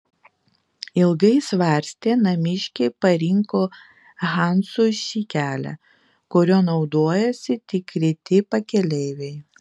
ilgai svarstę namiškiai parinko hansui šį kelią kuriuo naudojosi tik reti pakeleiviai